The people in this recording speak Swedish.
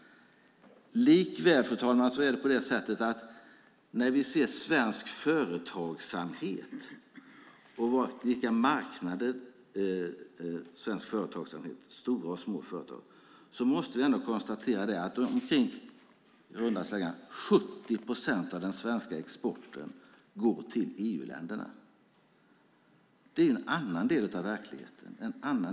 Likväl, fru talman, är det på det sättet att när vi ser svensk företagsamhet och vilka marknader stora och små företag har måste vi ändå konstatera det att i runda slängar 70 procent av den svenska exporten går till EU-länderna. Det är en annan del av verkligheten.